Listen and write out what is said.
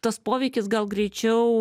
tas poveikis gal greičiau